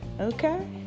Okay